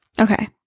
Okay